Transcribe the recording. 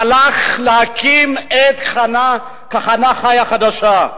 הלך להקים את "כהנא חי" החדשה.